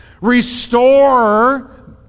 Restore